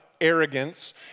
arrogance